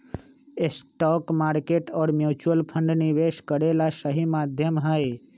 stock market और mutual fund निवेश करे ला सही माध्यम हई